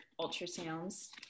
ultrasounds